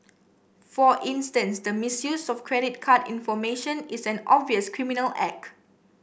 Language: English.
for instance the misuse of credit card information is an obvious criminal act